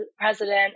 president